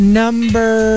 number